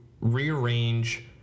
rearrange